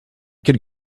could